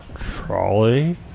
Trolley